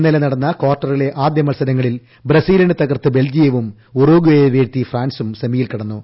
ഇന്നലെ നടന്ന കാർട്ടറിലെ ആദ്യമത്സരങ്ങളിൽ ബ്രസീലിനെ തകർത്ത് ബെൽജിയവും ഉറുഗ്വായെ വീഴ്ത്തി ഫ്രാൻസും സെമിയിൽ കടന്നു